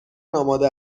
آماده